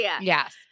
Yes